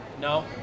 No